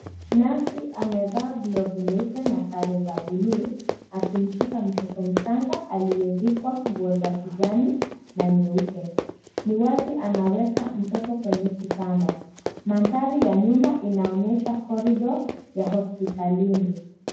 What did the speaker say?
Nesi amevaa glovu nyeupe na sare za buluu, akimshika mtoto mchanga aliyevikwa nguo za kijani na nyeupe. Ni wazi, anaweka mtoto kwenye kitanda. Mandhari ya nyuma inaonyesha korido ya hospitalini.